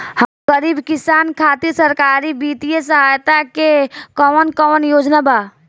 हम गरीब किसान खातिर सरकारी बितिय सहायता के कवन कवन योजना बा?